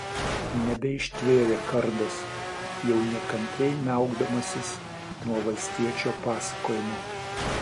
nebeištvėrė kardas jau nekantriai niaukdamasis nuo valstiečio pasakojimo